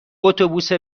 اتوبوس